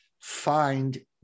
find